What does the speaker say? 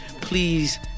please